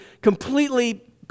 completely